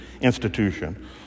institution